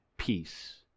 peace